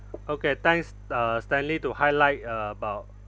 okay thanks uh stanley to highlight about